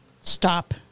Stop